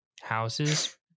houses